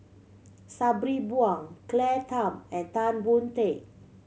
Sabri Buang Claire Tham and Tan Boon Teik